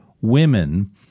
women